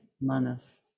manas